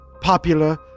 popular